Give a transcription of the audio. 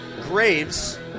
Graves